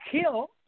kill